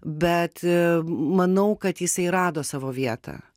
bet manau kad jisai rado savo vietą